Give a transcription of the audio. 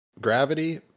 gravity